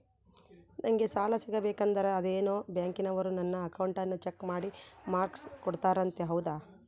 ನಂಗೆ ಸಾಲ ಸಿಗಬೇಕಂದರ ಅದೇನೋ ಬ್ಯಾಂಕನವರು ನನ್ನ ಅಕೌಂಟನ್ನ ಚೆಕ್ ಮಾಡಿ ಮಾರ್ಕ್ಸ್ ಕೋಡ್ತಾರಂತೆ ಹೌದಾ?